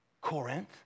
Corinth